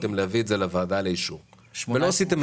יכולתם להביא את זה לוועדה לאישור ולא עשיתם את זה.